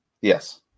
Yes